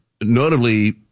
notably